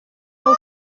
nawe